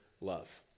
love